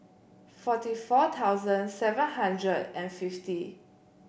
forty four thousand seven hundred and fifty